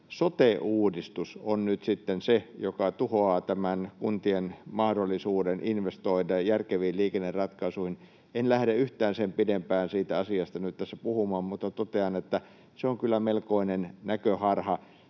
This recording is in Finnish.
sote-uudistus on nyt sitten se, mikä tuhoaa tämän kuntien mahdollisuuden investoida järkeviin liikenneratkaisuihin. En lähde yhtään sen pidempään siitä asiasta nyt tässä puhumaan, mutta totean, että se on kyllä melkoinen näköharha.